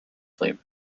flavour